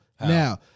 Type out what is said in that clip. Now